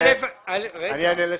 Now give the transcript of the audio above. ראשית,